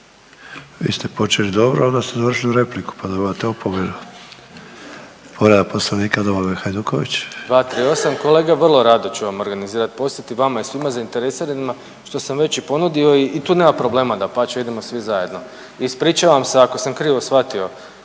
Vi ste počeli dobro onda ste završili repliku pa dobivate opomenu. Povreda poslovnika Domagoj Hajduković. **Hajduković, Domagoj (Nezavisni)** 238. kolega vrlo rado ću vam organizirat posjet i vama i svima zainteresiranima što sam već i ponudio i tu nema problema, dapače idemo svi zajedno. Ispričavam se ako sam krivo shvatio